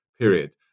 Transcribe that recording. period